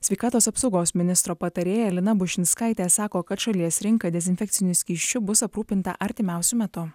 sveikatos apsaugos ministro patarėja lina bušinskaitė sako kad šalies rinka dezinfekciniu skysčiu bus aprūpinta artimiausiu metu